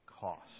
cost